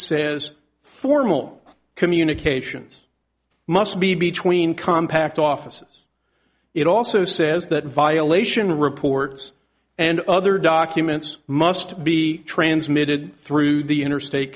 says formal communications must be between compact offices it also says that violation reports and other documents must be transmitted through the interstate